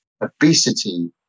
obesity